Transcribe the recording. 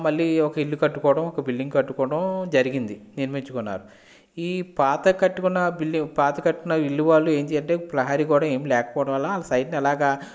మళ్ళీ ఒక ఇల్లు కట్టుకోవడం ఒక బిల్డింగ్ కట్టుకోవడం జరిగింది నిర్మించుకున్నారు ఈ పాత కట్టుకున్న బి ఈ పాత కట్టుకున్న ఇల్లు వాళ్ళు ఏం చెప్తే ప్రహరీ గోడ ఏమీ లేకపోవడం వాళ్ళ సైడ్ అలాగా